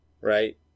Right